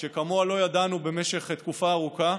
שכמותה לא ידענו במשך תקופה ארוכה.